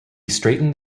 straightened